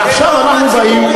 ועכשיו אנחנו באים,